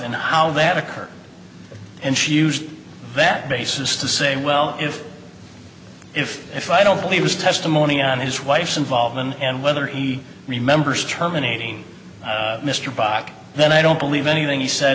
and how that occurred and she used that basis to say well if if if i don't believe his testimony and his wife's involvement and whether he remembers terminating mr bach then i don't believe anything he said